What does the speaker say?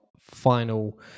final